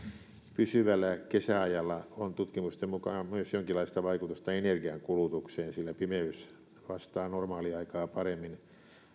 pysyvällä kesäajalla on tutkimusten mukaan myös jonkinlaista vaikutusta energiankulutukseen sillä pimeys vastaa normaaliaikaa paremmin